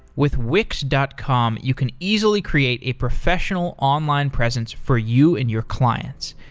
with wix dot com, you can easily create a professional online presence for you and your clients.